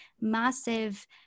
massive